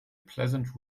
pleasant